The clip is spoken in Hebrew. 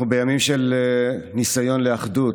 אנחנו בימים של ניסיון לאחדות.